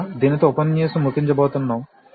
కనుక దీనితో ఉపన్యాసం ముగించబోతున్నాము